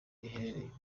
iherereye